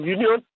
Union